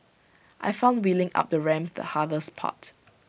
I found wheeling up the ramp the hardest part